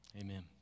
amen